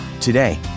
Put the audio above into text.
Today